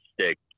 stick